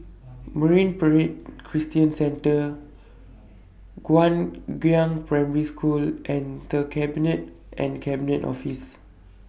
Marine Parade Christian Centre Guangyang Primary School and The Cabinet and Cabinet Office